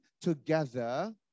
together